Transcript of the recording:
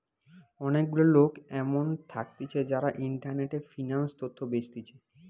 অনেক গুলা লোক এমন থাকতিছে যারা ইন্টারনেটে ফিন্যান্স তথ্য বেচতিছে